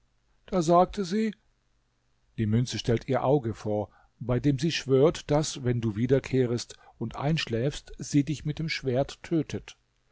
da sagte sie die münze stellt ihr auge vor bei dem sie schwört daß wenn du wiederkehrest und einschläfst sie dich mit dem schwert tötet